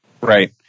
Right